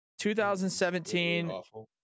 2017